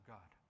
God